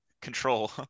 control